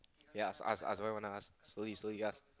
ya ask ask what you wanna ask slowly slowly you ask